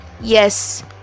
yes